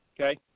okay